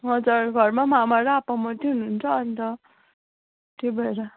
हजर घरमम आमा र आप्पा मात्रै हुनुहुन्छ अन्त त्यही भएर